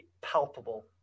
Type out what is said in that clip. palpable